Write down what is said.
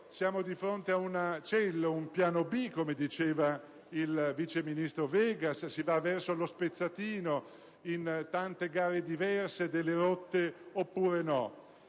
siamo di fronte a un "piano B" come diceva il vice ministro Vegas? Si va verso lo spezzatino in tante gare diverse per le varie rotte oppure no?